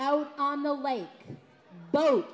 out on the lake boat